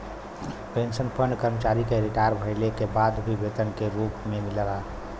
pension fund कर्मचारी के retire भइले के बाद भी वेतन के रूप में मिलला